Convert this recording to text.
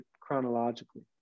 chronologically